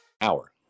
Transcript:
Hour